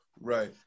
Right